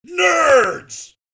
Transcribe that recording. Nerds